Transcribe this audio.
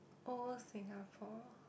old Singapore